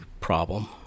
problem